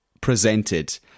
presented